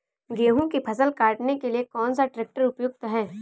गेहूँ की फसल काटने के लिए कौन सा ट्रैक्टर उपयुक्त है?